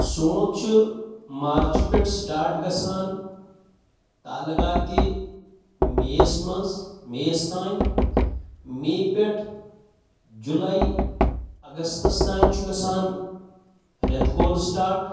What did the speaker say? سونٛتھ چھُ مارچہِ پٮ۪ٹھ سِٹاٹ گَژھان تالٕگاتہِ میٚیَس منٛز میٚیَس تام مے پٮ۪ٹھ جُلَے اَگَستَس تام چھُ گَژھان رٮ۪تہٕ کول سِٹاٹ